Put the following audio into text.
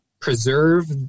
preserve